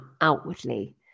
outwardly